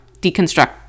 deconstruct